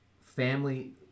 Family